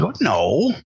no